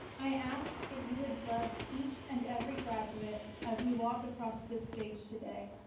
i ask that you would bless each and every graduate as we walk across this stage today.